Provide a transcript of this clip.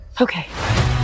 okay